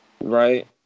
right